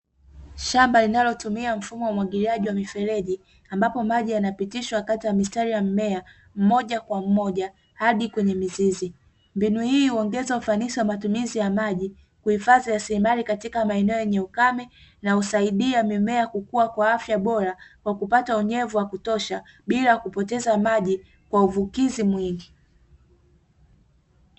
Shamba linalotumia mfumo wa umwagiliaji wa mifereji, ambapo maji yanapitishwa kati ya mistari ya mmea mmoja kwa mmoja hadi kwenye mizizi. Mbinu hii huongeza ufanisi wa matumizi ya maji, kuhifadhi rasilimali katika maeneo yenye ukame na husaidia mimea kukua kwa afya bora kwa kupata unyevu wa kutosha bila kupoteza maji kwa uvukizi mwingi.